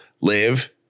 live